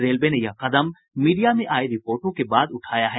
railway ने यह कदम मीडिया में आई रिपोर्टों के बाद उठाया है